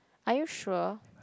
are you sure